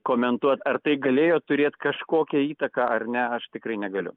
komentuot ar tai galėjo turėt kažkokią įtaką ar ne aš tikrai negaliu